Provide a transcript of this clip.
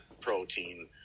protein